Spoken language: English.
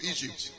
Egypt